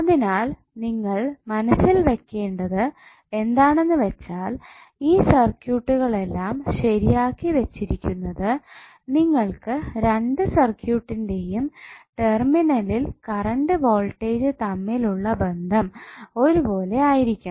അതിനാൽ നിങ്ങൾ മനസ്സിൽ വെക്കേണ്ടത് എന്താണെന്നു വെച്ചാൽ ഈ സർക്യൂട്ടുകളെല്ലാം ശെരിയാക്കി വെച്ചിരിക്കുന്നത് നിങ്ങൾക്ക് രണ്ട് സർക്യൂട്ടിന്റെയും ടെർമിനലിൽ കറണ്ട് വോൾടേജ് തമ്മിൽ ഉള്ള ബന്ധം ഒരുപോലെ ആയിരിക്കണം